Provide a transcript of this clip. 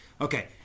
Okay